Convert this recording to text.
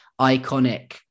iconic